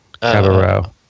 Cabaret